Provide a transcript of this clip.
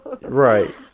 right